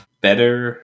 Better